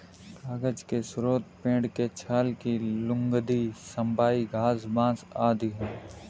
कागज के स्रोत पेड़ के छाल की लुगदी, सबई घास, बाँस आदि हैं